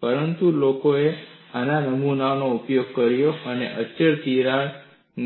પરંતુ લોકોએ આવા નમૂનાઓનો ઉપયોગ કર્યો છે અને તિરાડ